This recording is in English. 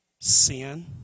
sin